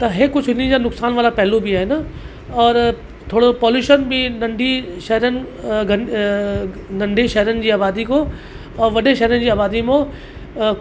त हीउ कुझु हिन जा नुक़सान वारा पहलू बि आहिनि और थोरो पॉल्यूशन बि नंढी शहिरनि नंढे शहिरनि जी आबादी खां और वॾे शहिरनि जी आबादी में